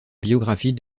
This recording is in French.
biographie